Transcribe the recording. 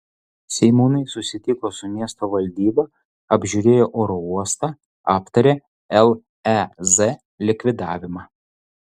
seimūnai susitiko su miesto valdyba apžiūrėjo oro uostą aptarė lez likvidavimą